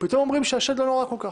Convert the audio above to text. פתאום אומרים שהשד לא נורא כל כך.